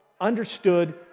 understood